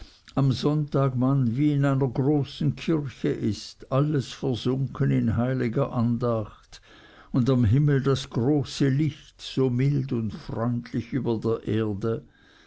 am sonntage man wie in einer großen kirche ist alles versunken in heiliger andacht und am himmel das große licht so mild und freundlich über der erde